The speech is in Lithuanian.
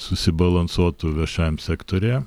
susibalansuotų viešajam sektoriuje